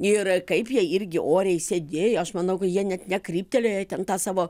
ir kaip jie irgi oriai sėdėjo aš manau kad jie net nekryptelėjo ten tą savo